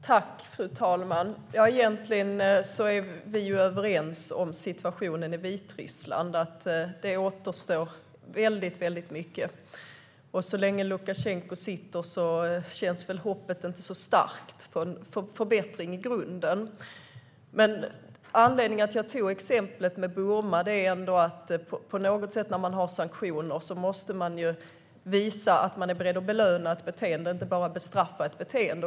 Fru talman! Egentligen är vi överens om situationen i Vitryssland och att det återstår väldigt mycket. Så länge Lukasjenko sitter vid makten känns hoppet inte så stort för en förbättring i grunden. Anledningen till att jag tog upp exemplet med Burma var att när man har sanktioner måste man på något sätt visa att man är beredd att belöna ett beteende och inte bara bestraffa ett beteende.